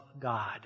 God